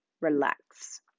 relax